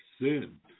Sin